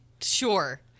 Sure